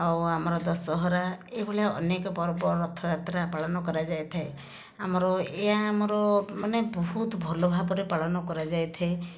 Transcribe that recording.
ଆଉ ଆମର ଦଶହରା ଏହିଭଳିଆ ଅନେକ ପର୍ବ ରଥଯାତ୍ରା ପାଳନ କରାଯାଇଥାଏ ଆମର ଏହି ଆମର ମାନେ ବହୁତ ଭଲ ଭାବରେ ପାଳନ କରାଯାଇଥାଏ